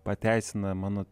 pateisina mano